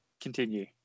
continue